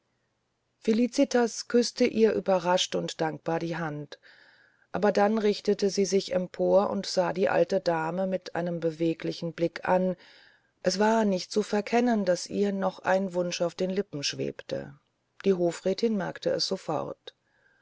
felicitas küßte ihr überrascht und dankbar die hand aber dann richtete sie sich empor und sah die alte dame mit einem beweglichen blick an es war nicht zu verkennen daß ihr noch ein wunsch auf den lippen schwebte die hofrätin bemerkte es sofort